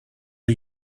are